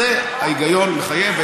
את זה ההיגיון מחייב,